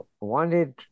wanted